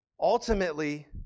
ultimately